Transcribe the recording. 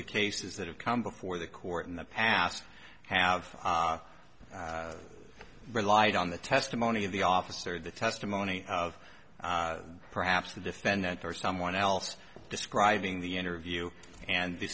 the cases that have come before the court in the past have relied on the testimony of the officer the testimony of perhaps the defendant or someone else describing the interview and the